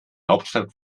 hauptstadt